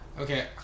Okay